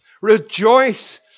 rejoice